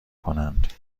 کنند